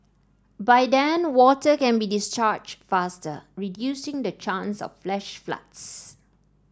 by then water can be discharged faster reducing the chance of flash floods